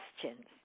questions